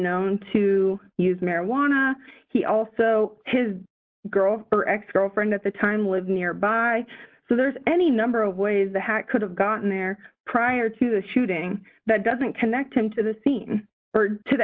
known to use marijuana he also his girl her ex girlfriend at the time lived nearby so there's any number of ways they could have gotten there prior to the shooting that doesn't connect him to the scene or to the